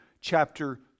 chapter